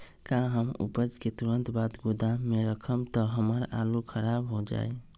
का हम उपज के तुरंत बाद गोदाम में रखम त हमार आलू खराब हो जाइ?